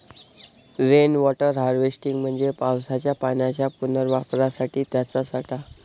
rain water harvesting म्हणजे पावसाच्या पाण्याच्या पुनर्वापरासाठी त्याचा साठा